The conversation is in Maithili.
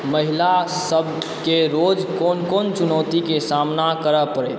महिला सबके रोज कोन कोन चुनौतीके सामना करऽ परै